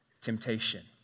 temptation